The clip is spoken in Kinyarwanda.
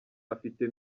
afite